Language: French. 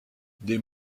des